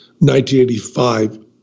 1985